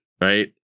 right